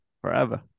forever